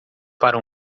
para